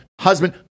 husband